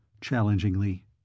Challengingly